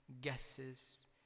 guesses